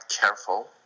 careful